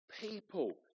people